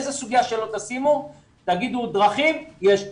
איזה סוגיה שלא תשימו, תגידו דרכים, יש פער.